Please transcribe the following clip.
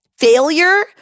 Failure